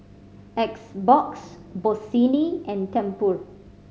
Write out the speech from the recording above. X Box Bossini and Tempur